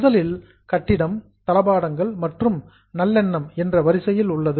முதலில் பில்டிங் கட்டிடம் பர்னிச்சர் தளபாடங்கள் மற்றும் குட்வில் நல்லெண்ணம் என்ற வரிசையில் உள்ளது